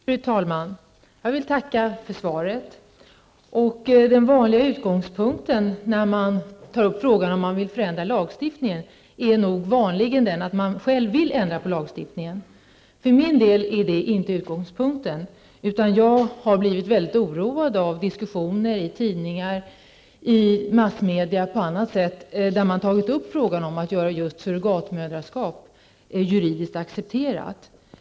Fru talman! Jag vill tacka för svaret. Den vanliga utgångspunkten när man tar upp frågan om en förändring av lagstiftningen är nog att den som frågar själv vill ändra på lagstiftningen. För min del är detta inte utgångspunkten, utan jag har blivit väldigt oroad av diskussioner i tidningar, i andra massmedier och på annat håll där man har tagit upp frågan om att göra surrogatmödraskap juridiskt acceptera.